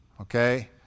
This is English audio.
Okay